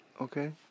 Okay